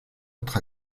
autre